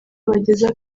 bageza